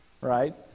right